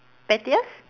pettiest